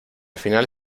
final